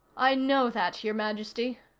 i know that, your majesty,